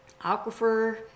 Aquifer